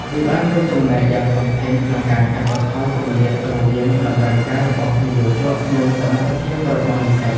វាបានរួមចំណែកយ៉ាងធំធេងក្នុងការកាត់បន្ថយគម្លាតរវាងតម្រូវការរបស់និយោជក និងសមត្ថភាពរបស់និស្សិត។